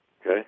Okay